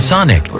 Sonic